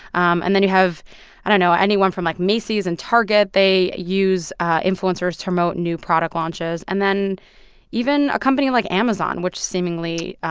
um and then you have i don't know anyone from, like, macy's and target, they use influencers promote new product launches. and then even a company like amazon, which seemingly.